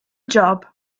job